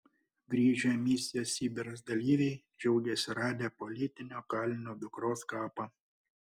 grįžę misijos sibiras dalyviai džiaugiasi radę politinio kalinio dukros kapą